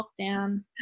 lockdown